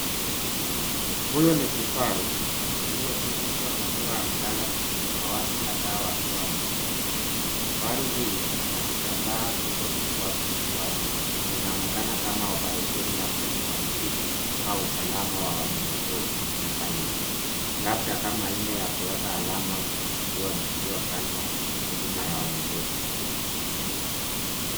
Huyu ni kifaru aliyetulizwa akiwa amelala chini na watu kadhaa wakiwa wamezunguka, kifaru huyu na kitambaa kilicho fungwa kichwani na inaonekana kama oparesheni wa utambulisho au usalama wa wanyama pori unafanywa labda kama hile ya kuweka alama masikioni iliyofanywa huduma ya wanyama pori